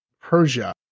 Persia